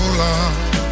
love